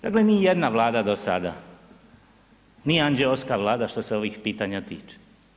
Dakle, nijedna Vlada do sada nije anđeoska Vlada što se ovih pitanja tiče.